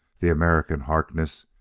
the american, harkness,